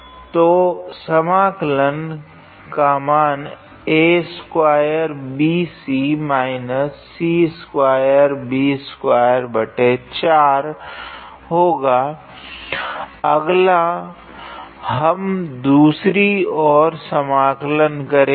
तो अगला हम दूसरी और समाकलन करेगे